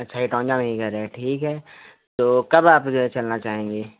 अच्छा एकाउंजा में हीं घर है ठीक है तो कब आप जो है चलना चाहेंगी